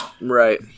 Right